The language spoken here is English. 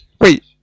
Wait